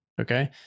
Okay